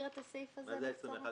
מה זה סעיפים 21 ו-22א?